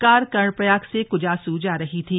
car Karnaprayag से कुजासू जा रही थी